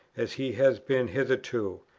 as he has been hitherto!